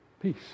Peace